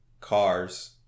cars